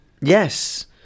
Yes